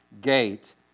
gate